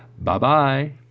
Bye-bye